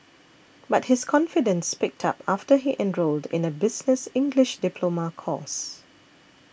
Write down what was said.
but his confidence picked up after he enrolled in a business English diploma course